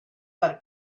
per